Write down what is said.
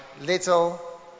little